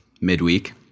midweek